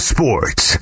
Sports